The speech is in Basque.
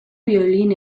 biolin